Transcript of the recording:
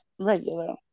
Regular